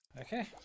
Okay